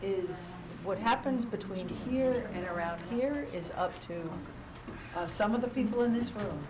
is what happens between here and around here it is up to some of the people in this room